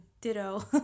ditto